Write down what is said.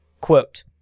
quote